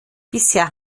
bisher